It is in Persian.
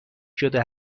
شده